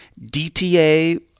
DTA